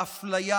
באפליה